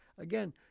Again